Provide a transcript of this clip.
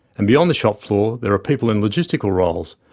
and beyond the shop floor, there are people in logistical roles,